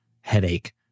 headache